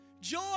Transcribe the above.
joy